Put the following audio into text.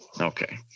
okay